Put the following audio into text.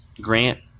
Grant